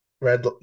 red